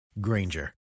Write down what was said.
Granger